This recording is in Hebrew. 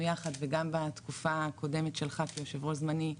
יחד וגם בתקופה הקודמת שלך כיושב-ראש זמני,